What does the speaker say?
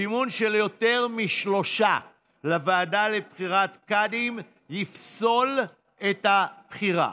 סימון של יותר משלושה לוועדה לבחירת קאדים יפסול את הבחירה.